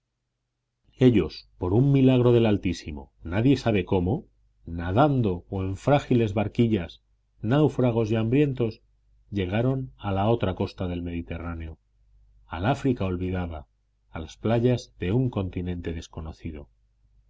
ellos por un milagro del altísimo nadie sabe cómo nadando o en frágiles barquillas náufragos y hambrientos llegaron a la otra costa del mediterráneo al áfrica olvidada a las playas de un continente desconocido